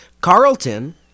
Carlton